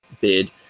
bid